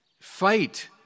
Fight